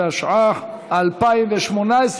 התשע"ח 2018,